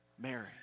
Mary